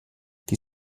die